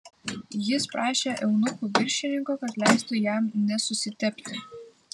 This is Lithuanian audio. jis prašė eunuchų viršininko kad leistų jam nesusitepti